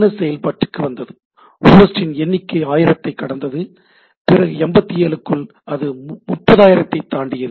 S செயல்பாட்டுக்கு வந்தது host இன் எண்ணிக்கை 1000 ஐக் கடந்தது பிறகு 87 க்குள் அது 30000 ஐத் தாண்டியது